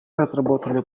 разработали